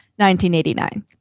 1989